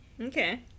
Okay